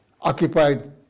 occupied